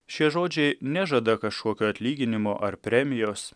šie žodžiai nežada kažkokio atlyginimo ar premijos